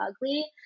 ugly